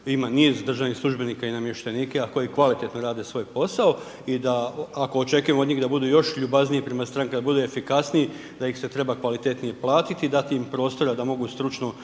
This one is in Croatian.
razumije/…državnih službenika i namještenika koji kvalitetno rade svoj posao i da, ako očekujemo od njih da budu još ljubazniji prema strankama, da budu efikasniji, da ih se treba kvalitetnije platiti i dati im prostora da mogu stručno